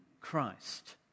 Christ